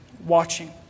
watching